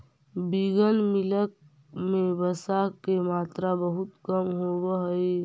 vegan milk में वसा के मात्रा बहुत कम होवऽ हइ